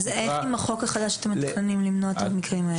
אז איך עם החוק החדש אתם מתכננים למנוע את המקרים האלה?